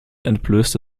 entblößte